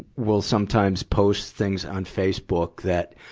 will sometimes post things on facebook that,